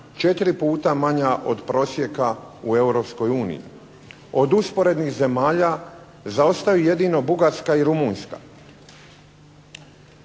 četiri puta manja od prosjeka u Europskoj uniji. Od usporednih zemalja zaostaju jedino Bugarska i Rumunjska.